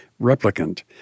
replicant